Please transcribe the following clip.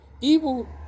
Evil